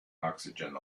oxygen